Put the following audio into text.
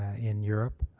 in europe.